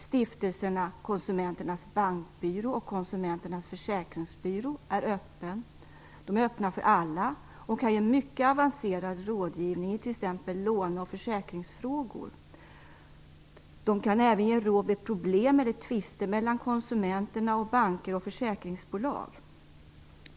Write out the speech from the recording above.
Stiftelserna Konsumenternas Bankbyrå och Konsumenternas Försäkringsbyrå är öppna för alla och kan ge mycket avancerad rådgivning i t.ex. låne och försäkringsfrågor. De kan även ge råd vid problem eller tvister mellan konsumenterna och banker och försäkringsbolag.